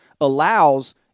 allows